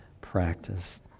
practice